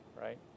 right